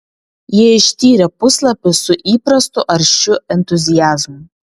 ji ištyrė puslapį su įprastu aršiu entuziazmu